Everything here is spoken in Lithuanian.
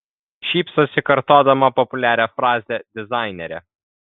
šypsosi kartodama populiarią frazę dizainerė